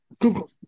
Google